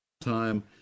time